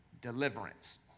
deliverance